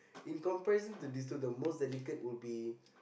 in comparison to these two the most delicate would be